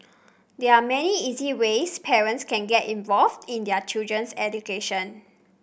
there are many easy ways parents can get involved in their children's education